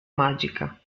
magica